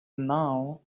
now